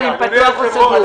הוא שאל אם המוסד פתוח או סגור.